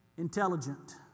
intelligent